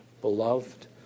beloved